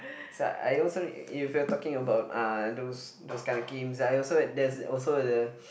I also if you talking about ah those those kind of games I also there's also the